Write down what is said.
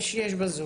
יש, יש ב־zoom.